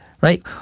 right